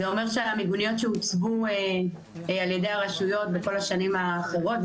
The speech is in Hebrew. זה אומר שהמיגוניות שהוצבו על ידי הרשויות בכל השנים האחרות,